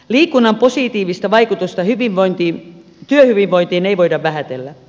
liikunnan positiivista vaikutusta työhyvinvointiin ei voida vähätellä